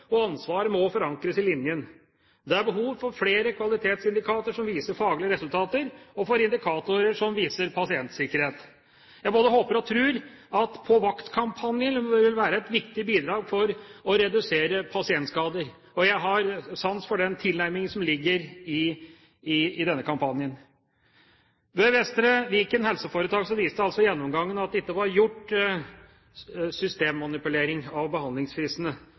og ansvaret må forankres i linjen. Det er behov for flere kvalitetsindikatorer som viser faglige resultater, og for indikatorer som viser pasientsikkerhet. Jeg både håper og tror at «På vakt»-kampanjen vil være et viktig bidrag for å redusere pasientskader. Jeg har sansen for den tilnærmingen som ligger i denne kampanjen. Ved Vestre Viken helseforetak viste gjennomgangen at det ikke var gjort systemmanipulering med behandlingsfristene.